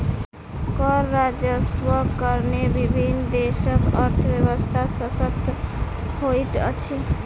कर राजस्वक कारणेँ विभिन्न देशक अर्थव्यवस्था शशक्त होइत अछि